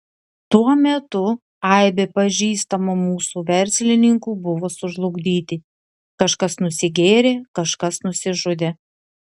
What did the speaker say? tuo metu aibė pažįstamų mūsų verslininkų buvo sužlugdyti kažkas nusigėrė kažkas nusižudė